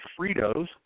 Fritos